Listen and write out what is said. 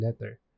letter